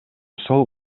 сол